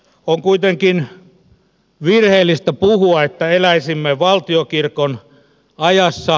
on kuitenkin virheellistä puhua että eläisimme valtionkirkon ajassa